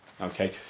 Okay